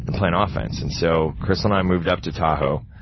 and playing ah offense. and so, crystal and i moved up to tahoe,